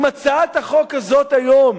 אם הצעת החוק הזאת היום,